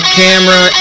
camera